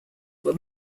were